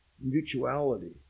mutuality